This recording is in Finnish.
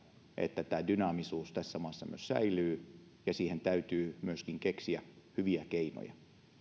että dynaamisuus tässä maassa myös säilyy ja siihen täytyy myöskin keksiä hyviä keinoja yksi